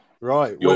Right